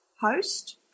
host